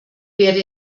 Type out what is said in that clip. werde